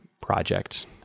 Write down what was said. ...project